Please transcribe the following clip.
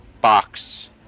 box